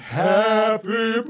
happy